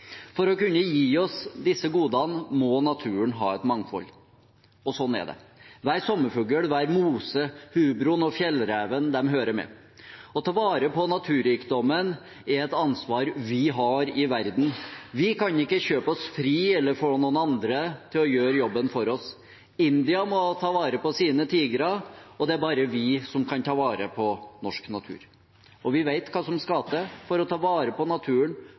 For å kunne gi oss disse godene må naturen ha et mangfold. Hver sommerfugl og hver mose, hubroen og fjellreven hører med. Å ta vare på naturrikdommen er et ansvar vi har i verden. Vi kan ikke kjøpe oss fri eller få noen andre til å gjøre jobben for oss. India må ta vare på sine tigre, og det er bare vi som kan ta vare på norsk natur. Vi vet hva som skal til. For å ta vare på naturen